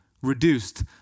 reduced